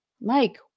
Mike